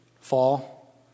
fall